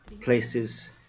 places